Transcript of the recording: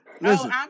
listen